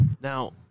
Now